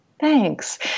Thanks